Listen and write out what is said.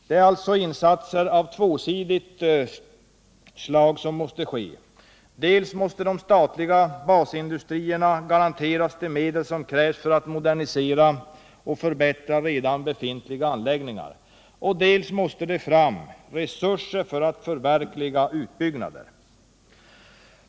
Det är alltså insatser av tvåsidigt slag som behövs. Dels måste de statliga basindustrierna garanteras medel för att modernisera och förbättra redan befintliga anläggningar, dels måste det fram resurser för att förverkliga utbyggnader.